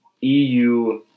eu